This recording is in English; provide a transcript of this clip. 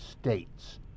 States